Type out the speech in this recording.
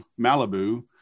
Malibu